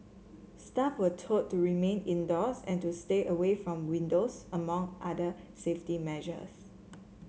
staff were told to remain indoors and to stay away from windows among other safety measures